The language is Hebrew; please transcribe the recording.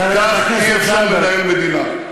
כך אי-אפשר לנהל מדינה.